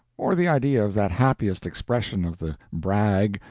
or the idea of that happiest expression of the brag,